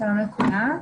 שלום לכולם.